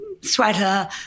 sweater